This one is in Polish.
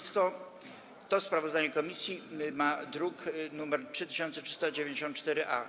To sprawozdanie komisji to druk nr 3394-A.